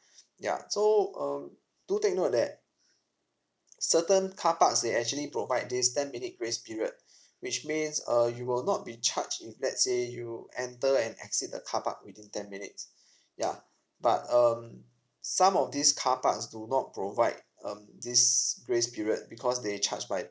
ya so um do take note that certain car parks they actually provide this ten minute grace period which means uh you will not be charged if let's say you enter and exit the car park within ten minutes ya but um some of these car parks do not provide um this grace period because they charge by